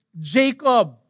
Jacob